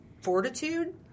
fortitude